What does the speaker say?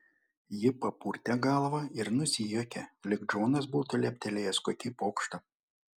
ji papurtė galvą ir nusijuokė lyg džonas būtų leptelėjęs kokį pokštą